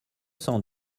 cent